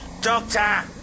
Doctor